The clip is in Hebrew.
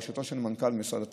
בראשותו של מנכ"ל משרד התחבורה.